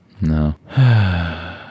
no